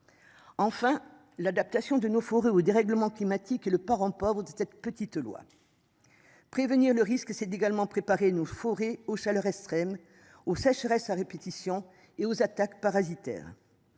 Enfin, l'adaptation de nos forêts au dérèglement climatique est le parent pauvre de cette petite loi. Prévenir le risque c'est également préparer nos forêts aux chaleurs extrêmes aux sécheresses à répétition et aux attaques parasitaires.